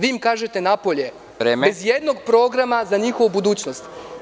Vi im kažete napoljebez ijednog programa za njihovu budućnost.